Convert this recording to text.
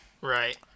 Right